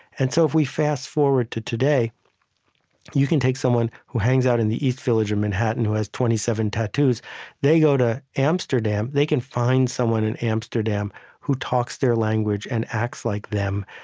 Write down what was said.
and so if we fast-forward to today you can take someone who hangs out in the east village or manhattan who has twenty seven tattoos they go to amsterdam, they can find someone in amsterdam who talks their language and acts like them,